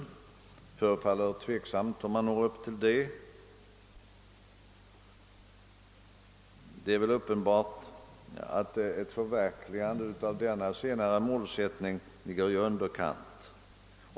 Det förefaller tvivelaktigt att man når upp till det bostadsbyggandet. Det är också uppenbart att ett förverkligande av den sistnämnda målsättningen är i underkant.